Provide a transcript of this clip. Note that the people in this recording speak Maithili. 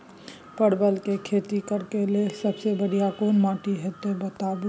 परवल के खेती करेक लैल सबसे बढ़िया कोन माटी होते बताबू?